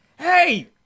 Hey